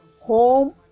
Home